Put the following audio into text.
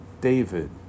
David